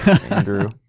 Andrew